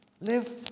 Live